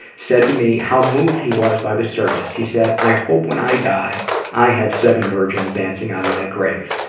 said to me how moved he was by the service. he said, i hope when i die i have seven virgins dancing on my grave.